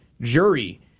jury